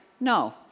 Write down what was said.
No